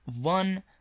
One